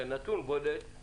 נתון בולט הוא